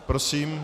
Prosím.